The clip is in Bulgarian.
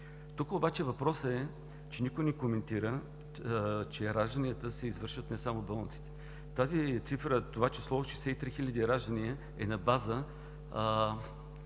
Тук обаче въпросът е, че никой не коментира, че ражданията се извършват не само в болниците. Това число – 63 хиляди раждания, е на база